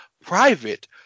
private